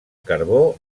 carbó